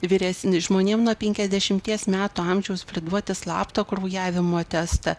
vyresni žmonėm nuo penkiasdešimties metų amžiaus priduoti slapto kraujavimo testą